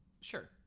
Sure